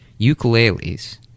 ukuleles